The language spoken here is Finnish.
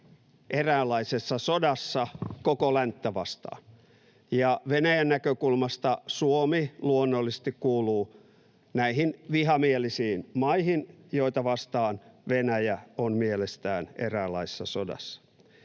eräänlaisessa sodassa koko länttä vastaan. Venäjän näkökulmasta Suomi luonnollisesti kuuluu näihin vihamielisiin maihin, joita vastaan Venäjä on mielestään eräänlaisessa sodassa.